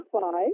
five